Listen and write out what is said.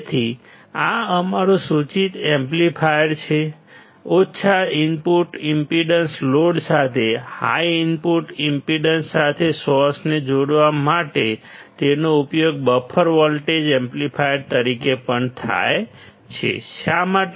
તેથી આ અમારું સૂચિત એમ્પ્લીફાયર છે ઓછા ઇનપુટ ઇમ્પેડન્સ લોડ સાથે હાઈ ઇનપુટ ઈમ્પેડન્સ સાથે સોર્સને જોડવા માટે તેનો ઉપયોગ બફર વોલ્ટેજ એમ્પ્લીફાયર તરીકે પણ થાય છે શા માટે